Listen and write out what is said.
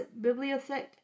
Bibliothek